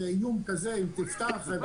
זה איום כזה אם תפתח.